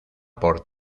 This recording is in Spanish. por